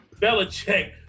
Belichick